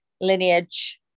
lineage